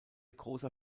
großer